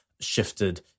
shifted